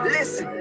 Listen